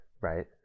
Right